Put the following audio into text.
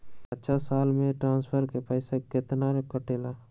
अछा साल मे ट्रांसफर के पैसा केतना कटेला?